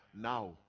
now